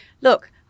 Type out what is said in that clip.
look